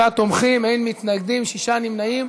37 תומכים, אין מתנגדים, שישה נמנעים.